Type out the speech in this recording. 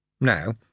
Now